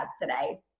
today